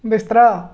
बिस्तरा